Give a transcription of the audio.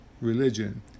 religion